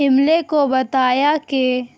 عملے کو بتایا کہ